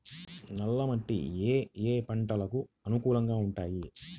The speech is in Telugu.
నల్ల మట్టి ఏ ఏ పంటలకు అనుకూలంగా ఉంటాయి?